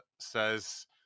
says